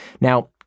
Now